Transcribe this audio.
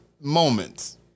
moments